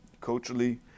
culturally